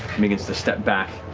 and begins to step back